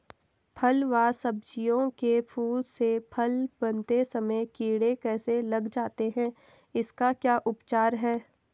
फ़ल व सब्जियों के फूल से फल बनते समय कीड़े कैसे लग जाते हैं इसका क्या उपचार है?